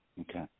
Okay